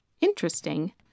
interesting